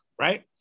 right